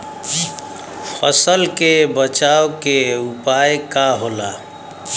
फसल के बचाव के उपाय का होला?